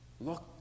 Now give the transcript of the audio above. Look